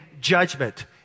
judgment